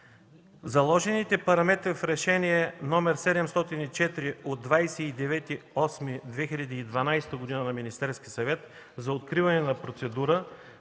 Заложените параметри в Решение № 704 от 29 август 2012 г. на Министерския съвет за откриване на процедура